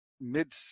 mid